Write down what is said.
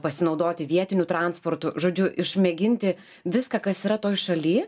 pasinaudoti vietiniu transportu žodžiu išmėginti viską kas yra toj šaly